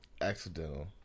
accidental